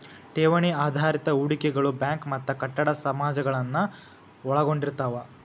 ಠೇವಣಿ ಆಧಾರಿತ ಹೂಡಿಕೆಗಳು ಬ್ಯಾಂಕ್ ಮತ್ತ ಕಟ್ಟಡ ಸಮಾಜಗಳನ್ನ ಒಳಗೊಂಡಿರ್ತವ